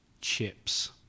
chips